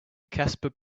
casper